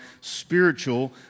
spiritual